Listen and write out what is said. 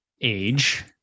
age